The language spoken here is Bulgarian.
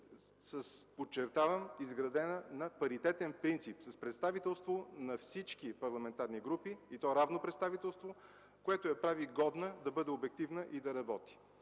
подчертавам, изградена на паритетен принцип с представителство на всички парламентарни групи и то равно представителство, което я прави годна да бъде обективна и да работи.